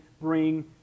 bring